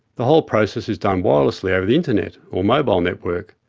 the whole process is done wirelessly over the internet or mobile network,